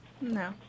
No